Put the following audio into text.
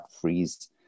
freeze